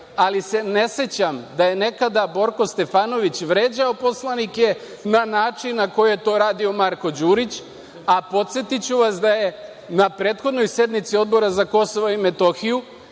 ali se ne sećam da je nekada Borko Stefanović vređao poslanike na način na koji je to radio Marko Đurić, a podsetiću vas da je na prethodnoj sednici Odbora za KiM